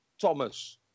Thomas